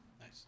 Nice